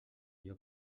allò